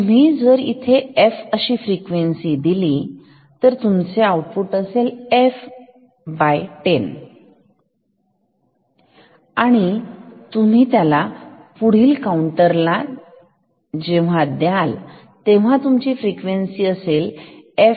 तर जर तुम्ही इथे f अशी फ्रिक्वेन्सी दिली तर तुमचे आउटपुट f10 असेल आणि तुम्ही याला पुढील काउंटरला जेव्हा द्याल तेव्हा तुमची फ्रिक्वेन्सी f100 होईल